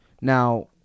now